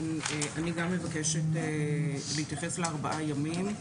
אני גם מבקשת להתייחס לארבעה ימים.